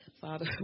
Father